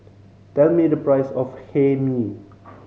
tell me the price of Hae Mee